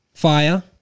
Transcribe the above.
Fire